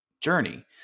journey